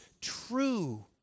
true